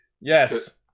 yes